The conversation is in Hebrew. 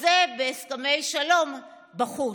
חוזה בהסכמי שלום בחוץ.